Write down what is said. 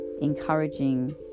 encouraging